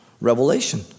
revelation